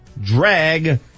drag